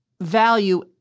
value